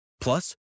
Plus